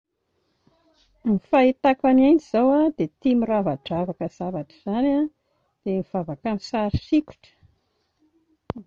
Ny fahitako an'i Inde izao a, dia tia miravadravaka zavatra izany a, dia mivavaka amin'ny sary sikotra